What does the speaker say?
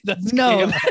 No